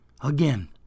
Again